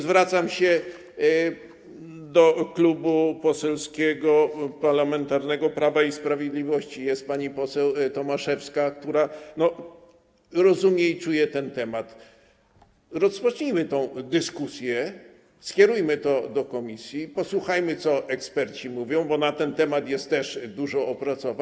Zwracam się do Klubu Parlamentarnego Prawo i Sprawiedliwość, jest pani poseł Tomaszewska, która rozumie i czuje ten temat: Rozpocznijmy tę dyskusję, skierujmy to do komisji, posłuchajmy, co eksperci mówią, bo na ten temat jest też dużo opracowań.